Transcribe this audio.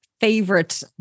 favorite